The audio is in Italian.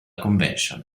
convention